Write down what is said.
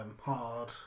hard